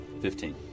Fifteen